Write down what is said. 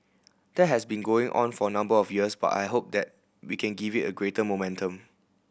that has been going on for a number of years but I hope that we can give it a greater momentum